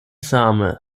same